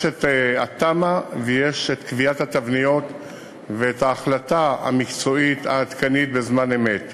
יש התמ"א ויש קביעת התבניות וההחלטה המקצועית העדכנית בזמן אמת.